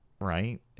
right